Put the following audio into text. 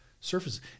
surfaces